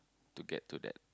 to get to that